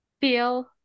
feel